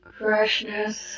freshness